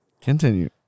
Continue